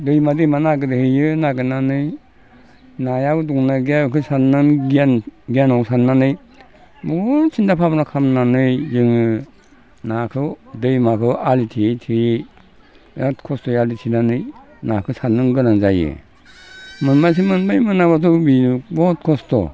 दैमा दैमा नागिरहैयो नागिरनानै नाया दंना गैया बेखौ सानना गियान गियानाव साननानै बहुद सिन्था भाबना खालामनानै जोङो नाखौ दैमाखौ आलि थेयै थेयै बिराद खस्थ'यै आलि थेनानै नाखो सारनो गोनां जायो मोनब्लाथ' मोनबाय मोनाब्लाथ' बिदिनो बहुद खस्थ'